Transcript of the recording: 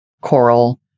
coral